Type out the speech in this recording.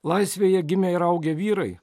laisvėje gimę ir augę vyrai